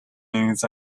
news